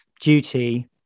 duty